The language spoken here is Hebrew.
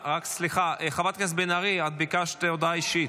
סליחה, חברת הכנסת בן ארי, את ביקשת הודעה אישית.